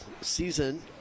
season